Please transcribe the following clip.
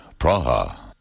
Praha